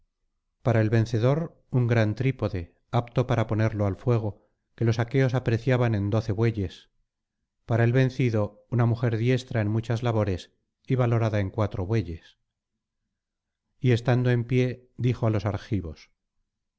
para el vencedor un gran trípode apto para ponerlo al fuego que los aqueos apreciaban en doce bueyes para el vencido una mujer diestra en muchas labores y valorada en cuatro bueyes y estando en pie dijo á los argivos